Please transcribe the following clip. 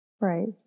Right